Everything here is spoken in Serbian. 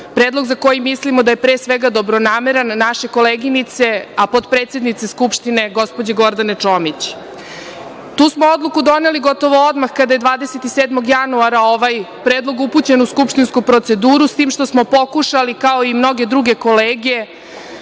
predlog za koji mislimo da je, pre svega, dobronameran, naše koleginice a potpredsednice Skupštine, gospođe Gordane Čomić. Tu smo odluku doneli gotovo odmah kada je 27. januara ovaj predlog upućen u skupštinsku proceduru, s tim što smo pokušali kao i mnoge druge kolege,